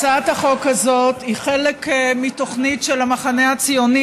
הצעת החוק הזאת היא חלק מתוכנית של המחנה הציוני